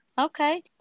Okay